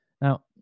now